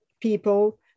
people